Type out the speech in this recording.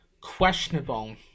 questionable